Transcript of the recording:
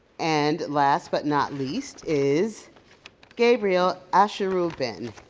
and last but not least is gabriel asheru benn.